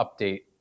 update